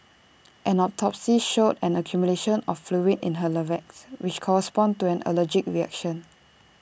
an autopsy showed an accumulation of fluid in her larynx which corresponds to an allergic reaction